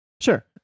Sure